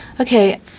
Okay